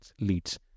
leads